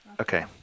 Okay